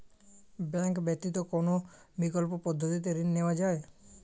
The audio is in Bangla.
ব্যাঙ্ক ব্যতিত কোন বিকল্প পদ্ধতিতে ঋণ নেওয়া যায়?